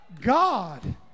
God